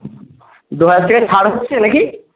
দয়াতে ছাড় পড়ছে নাকি